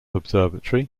observatory